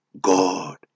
God